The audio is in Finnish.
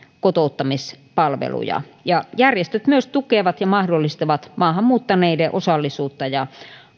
kotouttamispalveluja ja järjestöt myös tukevat ja mahdollistavat maahan muuttaneiden osallisuutta ja